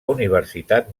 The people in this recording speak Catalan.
universitat